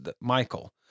Michael